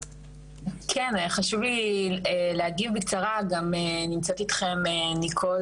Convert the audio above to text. כן, חשוב לי להגיב בקצרה, גם נמצאת איתכן ניקול